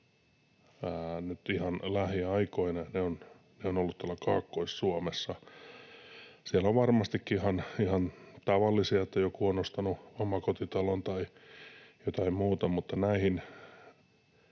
ihan lähiaikoina. Ne ovat olleet tuolla Kaakkois-Suomessa. Siellä on varmastikin ihan tavallisia kauppoja, että joku on ostanut omakotitalon tai jotain muuta, mutta näihin,